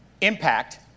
impact